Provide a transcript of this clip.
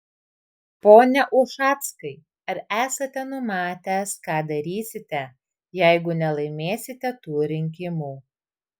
pone ušackai ar esate numatęs ką darysite jeigu nelaimėsite tų rinkimų